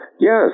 yes